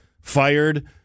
fired